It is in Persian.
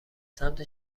سمت